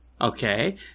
Okay